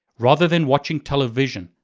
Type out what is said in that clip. rather than watching television,